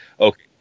Okay